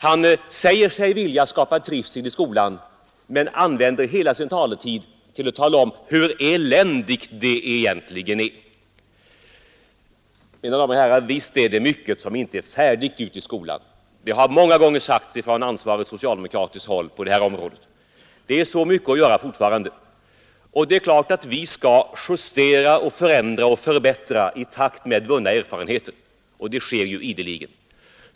Han säger sig vilja skapa trivsel i skolan men använder hela sin taletid till att beskriva hur eländigt det egentligen är. Visst är det mycket som inte är färdigt i skolan; det har många gånger framhållits från ansvarigt socialdemokratiskt håll. Det finns mycket att göra fortfarande, och vi skall naturligtvis justera, förändra och förbättra i takt med vunna erfarenheter. Det sker också ideligen.